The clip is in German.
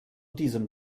diesem